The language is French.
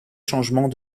changements